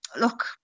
look